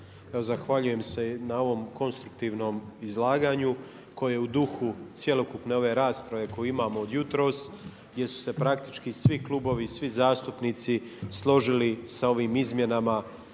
zahvaljujem se na ovom konstruktivnom izlaganju koje u duhu cjelokupne ove rasprave koju imamo od jutros gdje su se praktički svi klubovi i svi zastupnici složili sa ovim izmjenama